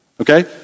Okay